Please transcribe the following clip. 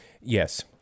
Yes